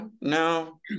no